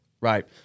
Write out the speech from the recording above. right